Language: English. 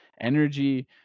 energy